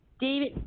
David